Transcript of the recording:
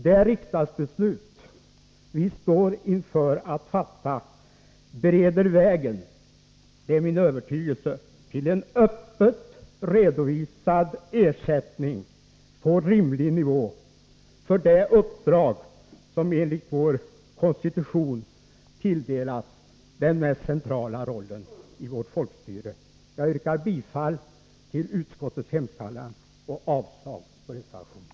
Det riksdagsbeslut vi står inför att fatta bereder vägen — det är min övertygelse — till en öppet redovisad ersättning på rimlig nivå för det uppdrag som enligt vår konstitution tilldelats den mest centrala rollen i vårt folkstyre. Jag yrkar bifall till utskottets hemställan och avslag på reservationen.